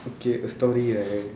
okay a story I